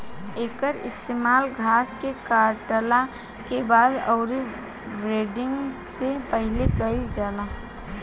एकर इस्तेमाल घास के काटला के बाद अउरी विंड्रोइंग से पहिले कईल जाला